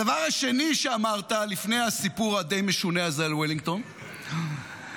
הדבר השני שאמרת לפני הסיפור הדי-משונה הזה על וולינגטון זה